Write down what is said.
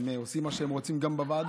הם עושים מה שהם רוצים גם בוועדות.